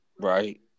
Right